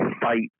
Fight